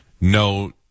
No